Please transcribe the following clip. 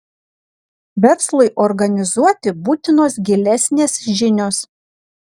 verslui organizuoti būtinos gilesnės žinios